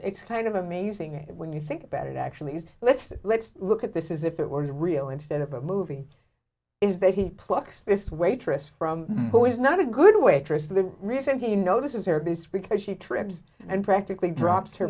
it's kind of amazing when you think about it actually is let's let's look at this is if it were real instead of a movie is that he plucks this waitress from who is not a good way trista the reason he notices her boost because she trims and practically drops her